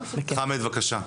חאמד, בבקשה.